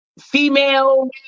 female